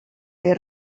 els